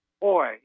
Boy